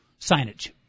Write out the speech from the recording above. signage